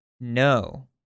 No